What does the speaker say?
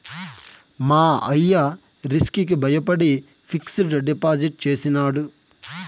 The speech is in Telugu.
మా అయ్య రిస్క్ కి బయపడి ఫిక్సిడ్ డిపాజిట్ చేసినాడు